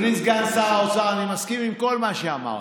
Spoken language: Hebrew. אדוני סגן שר האוצר, אני מסכים עם כל מה שאמרת.